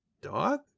dog